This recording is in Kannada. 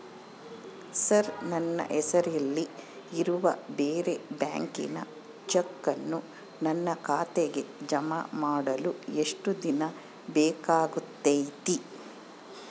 ಸರ್ ನನ್ನ ಹೆಸರಲ್ಲಿ ಇರುವ ಬೇರೆ ಬ್ಯಾಂಕಿನ ಚೆಕ್ಕನ್ನು ನನ್ನ ಖಾತೆಗೆ ಜಮಾ ಮಾಡಲು ಎಷ್ಟು ದಿನ ಬೇಕಾಗುತೈತಿ?